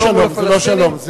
זה לא שלום,